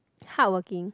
hardworking